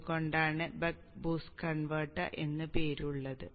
അതുകൊണ്ടാണ് buck boost converter എന്ന പേരുള്ളത്